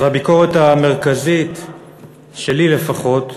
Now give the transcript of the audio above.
והביקורת המרכזית שלי, לפחות,